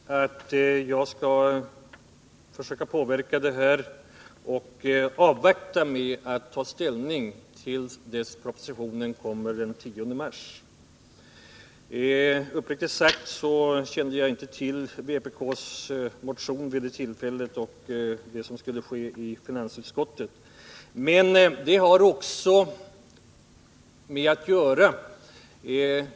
Herr talman! Jag har tre fyra gånger offentligen sagt att jag skall försöka påverka regeringen men att jag vill avvakta med att ta ställning tills propositionen kommer den 10 mars. Uppriktigt talat kände jag inte till vpk:s motion i förväg och vad som skulle komma att ske i finansutskottet.